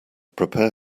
prepare